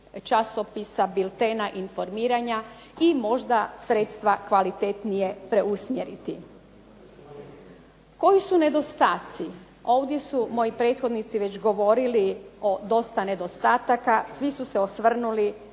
časopisa, biltena informiranja i možda sredstva kvalitetnije preusmjeriti. Koji su nedostaci? Ovdje su moji prethodnici govorili već o dosta nedostataka. Svi su se osvrnuli